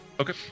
Okay